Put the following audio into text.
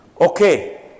Okay